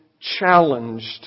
challenged